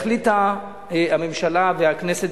החליטו הממשלה והכנסת,